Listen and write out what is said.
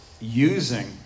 using